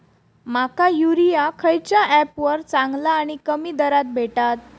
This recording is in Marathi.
माका युरिया खयच्या ऍपवर चांगला आणि कमी दरात भेटात?